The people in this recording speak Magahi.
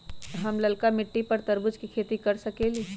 हम लालका मिट्टी पर तरबूज के खेती कर सकीले?